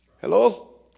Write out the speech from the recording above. Hello